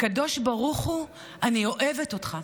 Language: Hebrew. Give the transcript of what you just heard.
"הקדוש ברוך הוא, אני אוהבת אותך".